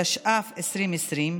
התש"ף 2020,